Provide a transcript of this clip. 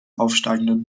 aufsteigenden